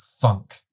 funk